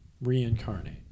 reincarnate